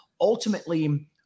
ultimately